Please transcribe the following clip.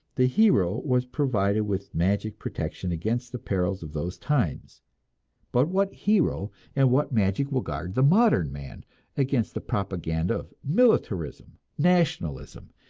the hero was provided with magic protection against the perils of those times but what hero and what magic will guard the modern man against the propaganda of militarism, nationalism,